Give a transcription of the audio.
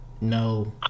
no